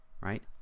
right